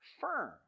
firm